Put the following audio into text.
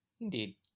Indeed